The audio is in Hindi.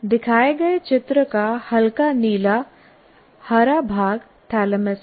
दिखाए गए चित्र का हल्का नीला हरा भाग थैलेमस है